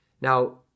Now